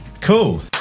Cool